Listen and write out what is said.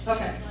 Okay